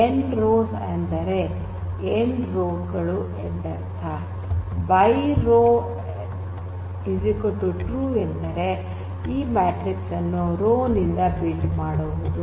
n rows ಅಂದರೆ n row ಗಳು by row true ಎಂದರೆ ಈ ಮ್ಯಾಟ್ರಿಕ್ಸ್ ಅನ್ನು ರೋ ನಿಂದ ಬಿಲ್ಡ್ ಮಾಡುವುದು